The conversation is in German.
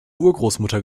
urgroßmutter